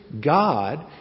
God